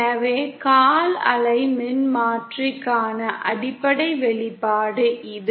எனவே கால் அலை மின்மாற்றிக்கான அடிப்படை வெளிப்பாடு இது